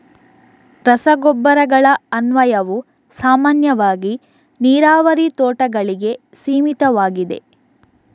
ರಸಗೊಬ್ಬರಗಳ ಅನ್ವಯವು ಸಾಮಾನ್ಯವಾಗಿ ನೀರಾವರಿ ತೋಟಗಳಿಗೆ ಸೀಮಿತವಾಗಿದೆ